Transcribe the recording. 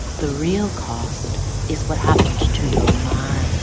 the real cost is what happened to your mind